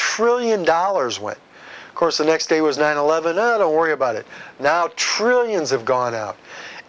trillion dollars which course the next day was nine eleven i don't worry about it now trillions of gone up